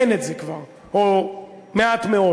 אין את זה כבר, או מעט מאוד.